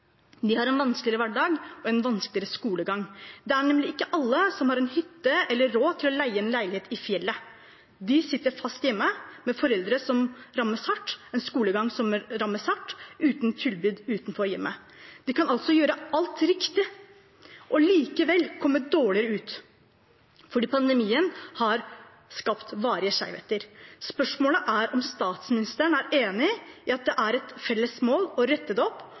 De har en vanskeligere hverdag og en vanskeligere skolegang. Det er nemlig ikke alle som har hytte eller råd til å leie en leilighet på fjellet. De sitter fast hjemme med foreldre som rammes hardt, en skolegang som rammes hardt, og uten tilbud utenfor hjemmet. De kan altså gjøre alt riktig og likevel komme dårligere ut fordi pandemien har skapt varige skjevheter. Spørsmålet er om statsministeren er enig i at det er et felles mål å rette det opp,